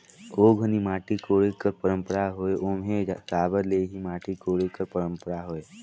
ओ घनी माटी कोड़े कर पंरपरा होए ओम्हे साबर ले ही माटी कोड़े कर परपरा होए